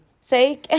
Say